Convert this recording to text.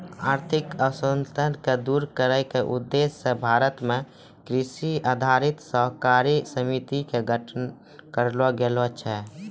आर्थिक असंतुल क दूर करै के उद्देश्य स भारत मॅ कृषि आधारित सहकारी समिति के गठन करलो गेलो छै